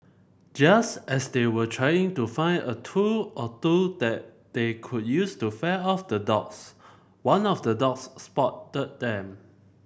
just as they were trying to find a tool or two that they could use to fend off the dogs one of the dogs spotted them